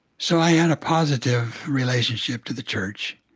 so i had a positive relationship to the church.